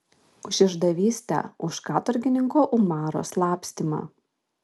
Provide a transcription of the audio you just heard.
už išdavystę už katorgininko umaro slapstymą